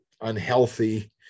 unhealthy